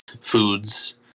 foods